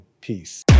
peace